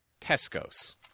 Tesco's